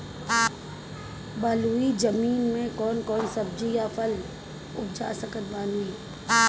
बलुई जमीन मे कौन कौन सब्जी या फल उपजा सकत बानी?